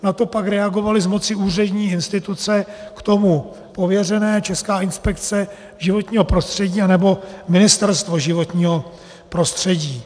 Na to pak reagovaly z moci úřední instituce k tomu pověřené: Česká inspekce životního prostředí nebo Ministerstvo životního prostředí.